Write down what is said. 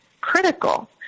critical